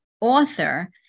author